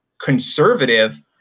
conservative